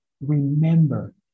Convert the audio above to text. remember